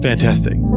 fantastic